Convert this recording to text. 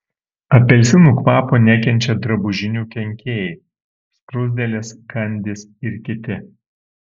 apelsinų kvapo nekenčia drabužinių kenkėjai skruzdėlės kandys ir kiti